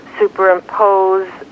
superimpose